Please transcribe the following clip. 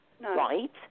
right